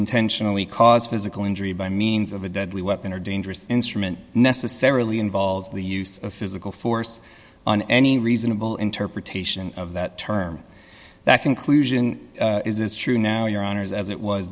intentionally cause physical injury by means of a deadly weapon or dangerous instrument necessarily involves the use of physical force on any reasonable interpretation of that term that conclusion is is true now your honour's as it was